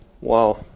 Wow